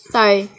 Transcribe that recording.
Sorry